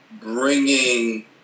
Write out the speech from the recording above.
bringing